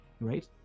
right